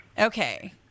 Okay